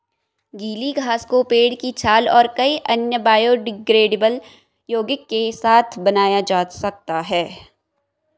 गीली घास को पेड़ की छाल और कई अन्य बायोडिग्रेडेबल यौगिक के साथ बनाया जा सकता है